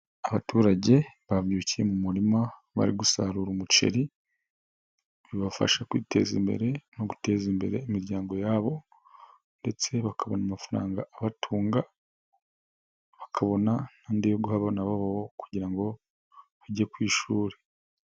Abaturage babyurukiye mu murima bari gusarura umuceri, bibafasha kwiteza imbere no guteza imbere imiryango yabo ndetse bakabona amafaranga abatunga, bakabona n'andi yo guha abana babo kugira ngo bajye ku ishuri.